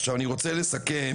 עכשיו אני רוצה לסכם